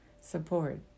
support